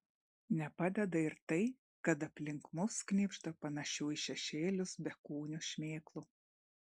nepadeda ir tai kad aplink mus knibžda panašių į šešėlius bekūnių šmėklų